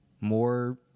more